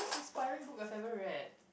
inspiring book I've ever read